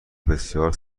بسیار